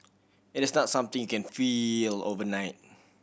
it is not something you can feel overnight